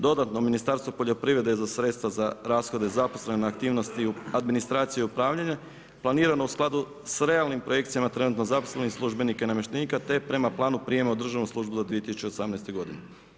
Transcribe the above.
Dodatno Ministarstvo poljoprivrede je za sredstva za rashode zaposlene aktivnost administraciju i upravljanje planirano u skladu sa realnim projekcijama trenutno zaposlenih službenika i namještenika te prema planu prijema u državnu službu do 2018. godine.